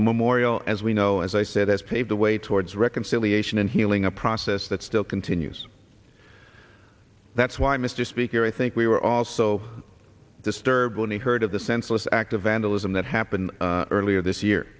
the memorial as we know as i said as pave the way towards reconciliation and healing a process that still continues that's why mr speaker i think we were all so disturbed when he heard of the senseless act of vandalism that happened earlier this year